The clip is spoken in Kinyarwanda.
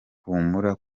humura